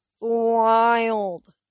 Wild